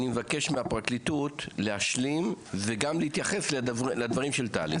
אני מבקש מהפרקליטות להשלים וגם להתייחס לדברים של טלי.